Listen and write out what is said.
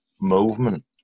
movement